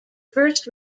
first